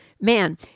man